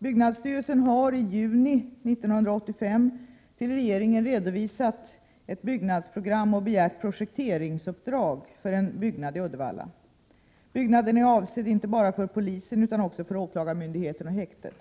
Byggnadsstyrelsen har i juni 1985 till regeringen redovisat ett byggnadsprogram och begärt projekteringsuppdrag för en byggnad i Uddevalla. Byggnaden är avsedd inte bara för polisen utan också för åklagarmyndigheten och häktet.